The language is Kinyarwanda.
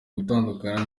gutandukana